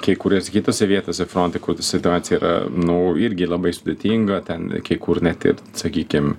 kai kuriose kitose vietose fronte situacija yra nu irgi labai sudėtinga ten kai kur net ir sakykim